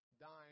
dying